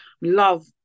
love